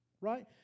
right